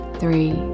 three